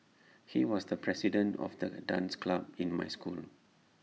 he was the president of the dance club in my school